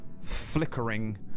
flickering